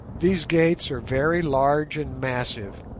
these gates are very large and massive,